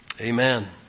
Amen